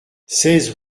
seize